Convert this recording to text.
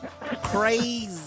Crazy